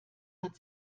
hat